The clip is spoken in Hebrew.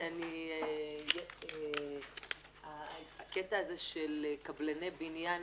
לדאבוני, הקטע הזה של קבלני בניין